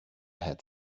had